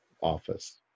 office